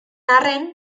arren